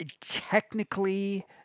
technically